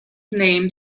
named